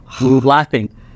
laughing